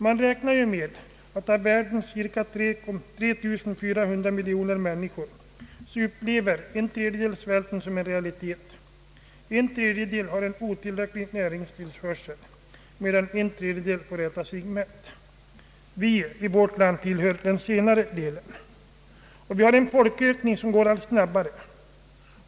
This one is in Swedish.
Man räknar med att av världens cirka 3400 miljoner människor upplever en tredjedel svälten som en realitet. En tredjedel får otillräcklig näringstillförsel, medan en tredjedel får äta sig mätt. Vi i vårt land tillhör den sista delen. Folkökningen går allt snabbare.